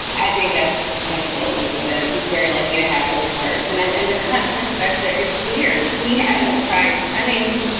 i think that's wonderful exhibit. he's very lucky to have those shirts in and and and the concern section. it's weird we haven't tried. i mean,